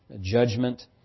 judgment